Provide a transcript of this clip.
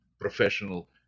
professional